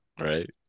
Right